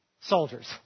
soldiers